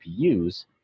GPUs